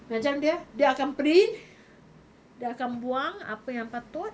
macam dia dia akan print dia akan buang apa yang patut